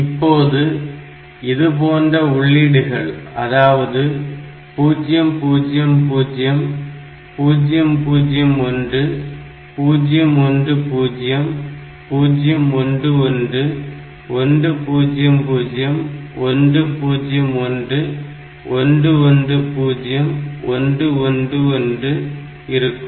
இப்போது இதுபோன்ற உள்ளீடுகள் அதாவது 0 0 0 0 0 1 0 1 0 0 1 1 1 0 0 1 0 1 1 1 0 1 1 1 இருக்கும்